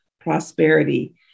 prosperity